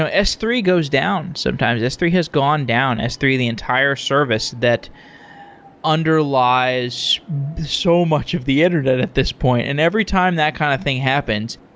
ah s three goes down sometimes. s three has gone down. s three, the entire service, that underlies so much of the internet at this point. and every time that kind of thing happens,